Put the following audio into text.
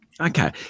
Okay